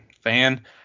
fan